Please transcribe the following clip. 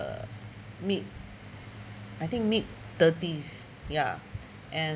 err mid I think mid thirties ya and